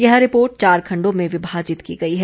यह रिपोर्ट चार खंडों में विभाजित की गई है